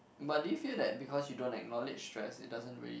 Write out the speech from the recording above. but do you feel that because you don't acknowledge stress it doesn't really